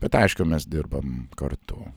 bet aišku mes dirbam kartu